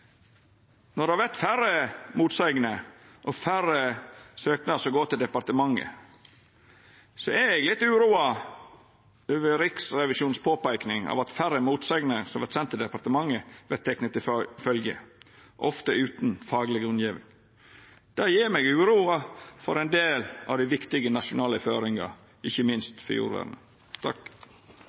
Når det vert færre motsegner og færre søknader som går til departementet, vert eg litt uroa over påpeikinga frå Riksrevisjonen om at færre av motsegnene som vert sende til departementet, vert tekne til følgje – ofte utan ei fagleg grunngjeving. Det gjer meg uroleg for ein del av dei viktige nasjonale føringane, ikkje minst for jordvernet.